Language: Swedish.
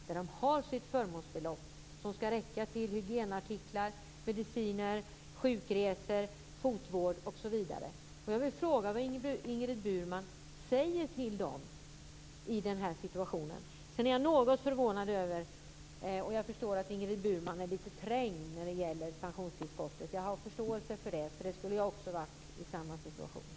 Där har de sitt förmånsbelopp som skall räcka till hygienartiklar, mediciner, sjukresor, fotvård osv. Vad säger Ingrid Burman till dem i den här situationen? Jag förstår att Ingrid Burman är lite trängd när det gäller pensionstillskottet. Jag har förståelse för det. Det skulle jag också ha varit i samma situation.